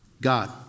God